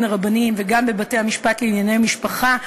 הרבניים וגם בבתי-המשפט לענייני משפחה.